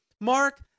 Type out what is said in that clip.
Mark